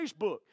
Facebook